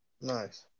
Nice